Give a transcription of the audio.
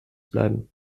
bleiben